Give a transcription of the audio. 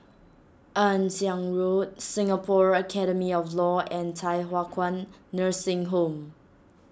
Ann Siang Road Singapore Academy of Law and Thye Hua Kwan Nursing Home